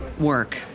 work